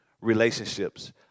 relationships